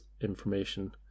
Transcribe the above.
information